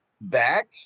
back